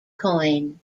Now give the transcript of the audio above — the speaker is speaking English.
coin